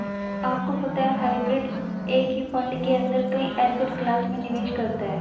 आपको पता है हाइब्रिड एक ही फंड के अंदर कई एसेट क्लास में निवेश करता है?